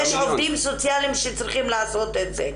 יש עובדים סוציאליים שצריכים לעשות את זה.